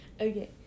okay